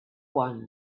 one